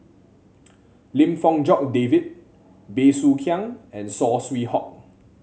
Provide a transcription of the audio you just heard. Lim Fong Jock David Bey Soo Khiang and Saw Swee Hock